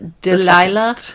Delilah